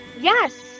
yes